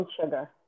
sugar